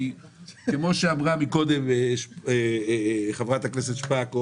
כי כמו שאמרה קודם חברת הכנסת שפק,